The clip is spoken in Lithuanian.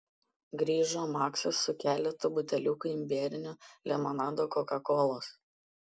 grįžo maksas su keletu buteliukų imbierinio limonado kokakolos